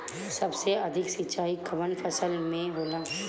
सबसे अधिक सिंचाई कवन फसल में होला?